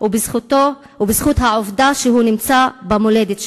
ובזכות העובדה שהוא נמצא במולדת שלו.